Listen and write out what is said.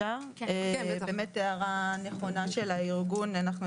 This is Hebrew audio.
באמת הערה נכונה של ארגון נכי צה"ל,